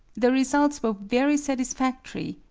the results were very satisfactory,